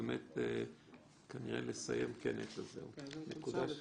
זה קיים, אנחנו צריכים להתמודד עם זה, לכן קבענו